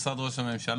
משרד ראש הממשלה.